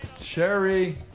Sherry